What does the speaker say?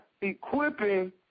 equipping